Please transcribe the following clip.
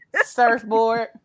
Surfboard